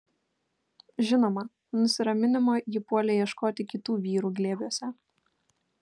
žinoma nusiraminimo ji puolė ieškoti kitų vyrų glėbiuose